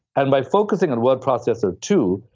and by focusing on word processor two,